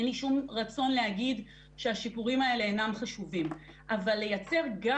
אין לי שום רצון להגיד שהשיפורים האלה אינם חשובים אבל לייצר גם